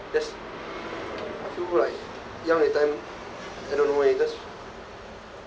just feel like young that time I don't know eh just